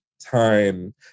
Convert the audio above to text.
time